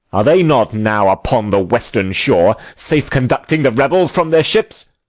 are they not now upon the western shore, safe-conducting the rebels from their ships?